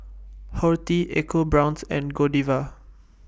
Horti EcoBrown's and Godiva